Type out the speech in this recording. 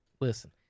listen